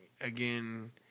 again